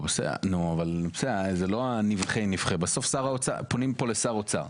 בסוף פונים פה לשר האוצר.